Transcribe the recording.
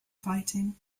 fighting